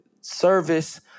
service